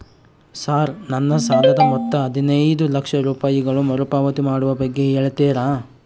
Sir ನನ್ನ ಸಾಲದ ಮೊತ್ತ ಹದಿನೈದು ಲಕ್ಷ ರೂಪಾಯಿಗಳು ಮರುಪಾವತಿ ಮಾಡುವ ಬಗ್ಗೆ ಹೇಳ್ತೇರಾ?